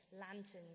lanterns